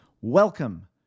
Welcome